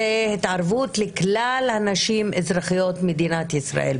זו התערבות לכלל הנשים אזרחיות מדינת ישראל.